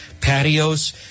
patios